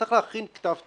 צריך להכין כתב תביעה.